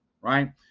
right